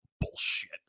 bullshit